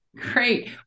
Great